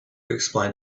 explain